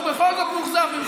ובכל זאת מאוכזב ממך.